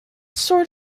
sort